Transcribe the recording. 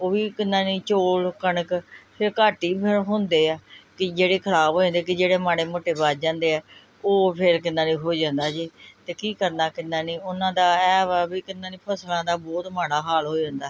ਉਹ ਵੀ ਕਿੰਨਾ ਨਹੀਂ ਚੌਲ ਕਣਕ ਫਿਰ ਘੱਟ ਹੀ ਫਿਰ ਹੁੰਦੇ ਆ ਕਈ ਜਿਹੜੇ ਖਰਾਬ ਹੋ ਜਾਂਦੇ ਕਈ ਜਿਹੜੇ ਮਾੜੇ ਮੋਟੇ ਬਚ ਜਾਂਦੇ ਹੈ ਉਹ ਫਿਰ ਕਿੰਨਾ ਨਹੀਂ ਹੋ ਜਾਂਦਾ ਜੀ ਅਤੇ ਕੀ ਕਰਨਾ ਕਿੰਨਾ ਨਹੀਂ ਉਹਨਾਂ ਦਾ ਇਹ ਵਾ ਵੀ ਕਿੰਨਾ ਨਹੀਂ ਫਸਲਾਂ ਦਾ ਬਹੁਤ ਮਾੜਾ ਹਾਲ ਹੋ ਜਾਂਦਾ